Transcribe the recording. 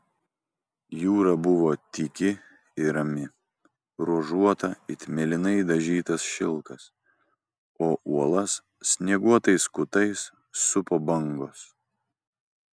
jūra buvo tyki ir rami ruožuota it mėlynai dažytas šilkas o uolas snieguotais kutais supo bangos